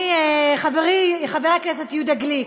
חברי חבר הכנסת יהודה גליק,